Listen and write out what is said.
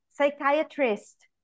psychiatrist